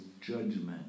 judgment